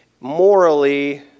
morally